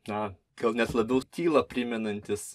na gal net labiau tylą primenantys